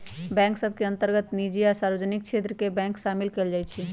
bank सभ के अंतर्गत निजी आ सार्वजनिक क्षेत्र के बैंक सामिल कयल जाइ छइ